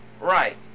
Right